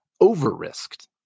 over-risked